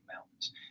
mountains